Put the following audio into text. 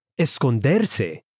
esconderse